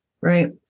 Right